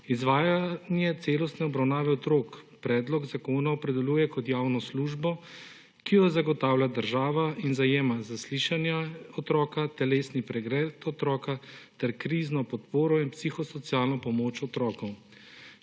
Izvajanje celostne obravnave otrok predlog zakona opredeljuje kot javno službo, ki jo zagotavlja država, in zajema zaslišanja otroka, telesni pregled otroka ter krizno podporo in psihosocialno pomoč otrokom.